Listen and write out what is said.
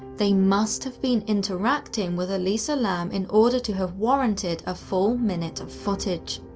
they must have been interacting with elisa lam in order to have warranted a full minute of footage.